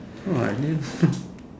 oh I didn't know